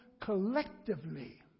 collectively